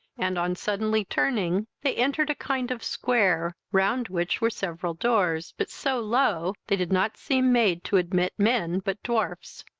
and, on suddenly turning, they entered a kind of square, round which were several doors, but so low, they did not seem made to admit men but dwarfs.